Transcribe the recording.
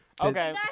Okay